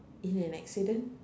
in an accident